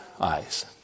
eyes